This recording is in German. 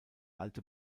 alte